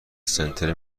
سنتر